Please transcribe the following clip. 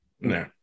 no